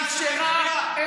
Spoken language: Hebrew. שאפשרה,